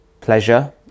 pleasure